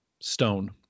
stone